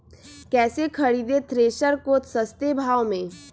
कैसे खरीदे थ्रेसर को सस्ते भाव में?